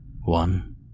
One